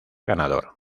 ganador